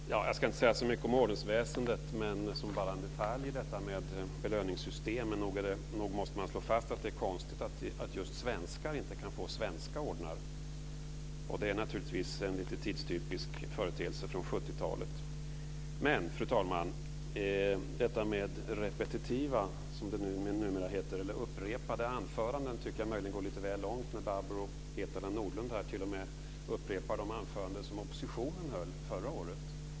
Fru talman! Jag ska inte säga mycket om ordensväsendet, men bara som en detalj i detta med belöningssystem måste man slå fast att det är konstigt att just svenskar inte kan få svenska ordnar. Det är naturligtvis en tidstypisk företeelse från 70-talet. Fru talman! Detta med repetitiva, som det numera heter, eller upprepade anföranden går möjligen lite väl långt, när Barbro Hietala Nordlund t.o.m. upprepar de anföranden som oppositionen höll förra året.